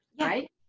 right